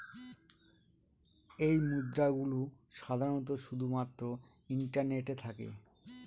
এই মুদ্রা গুলো সাধারনত শুধু মাত্র ইন্টারনেটে থাকে